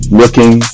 looking